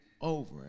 Over